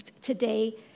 today